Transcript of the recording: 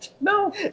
No